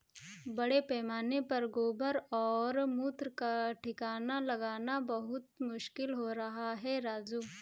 बड़े पैमाने पर गोबर और मूत्र का ठिकाना लगाना बहुत मुश्किल हो रहा है राजू